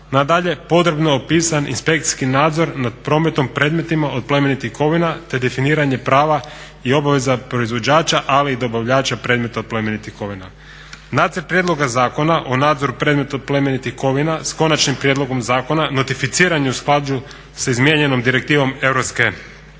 Nadalje, podrobno je opisan inspekcijski nadzor nad prometom predmetima od plemenitih kovina te definiranje prava i obaveza proizvođača, ali i dobavljača predmeta od plemenitih kovina. Nacrt prijedloga zakona o nadzoru predmeta od plemenitih kovina s konačnim prijedlogom zakona notificiran je u skladu s izmijenjenom Direktivom